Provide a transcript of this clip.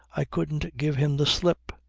i couldn't give him the slip.